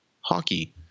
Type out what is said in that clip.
hockey